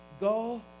go